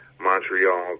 Montreal